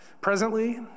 Presently